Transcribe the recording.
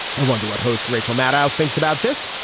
i wonder what host rachel maddow thinks about this.